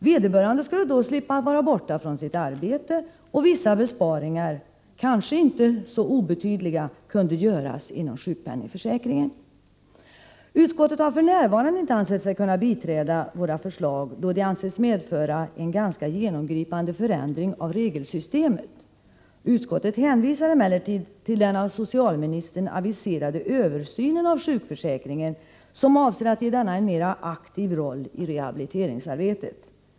Vederbörande skulle då slippa vara borta från arbetet och vissa besparingar — kanske inte så obetydliga — kunde göras inom sjukförsäkringen. Utskottet har f. n. inte velat biträda våra förslag, då de anses medföra en ganska genomgripande förändring av regelsystemet. Utskottet hänvisar emellertid till den av socialministern aviserade översynen av sjukförsäkringen, som avser att ge denna en mera aktiv roll i rehabiliteringsarbetet.